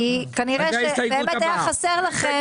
כנראה חסרים לכם פתרונות.